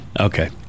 Okay